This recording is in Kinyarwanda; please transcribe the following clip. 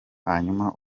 hanyuma